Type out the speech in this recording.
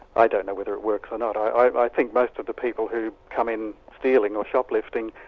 i don't know whether it works or not. i think most of the people who come in stealing, or shoplifting,